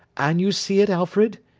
and you see it, alfred?